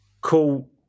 cool